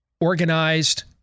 organized